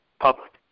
public